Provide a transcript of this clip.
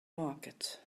market